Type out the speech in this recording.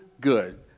good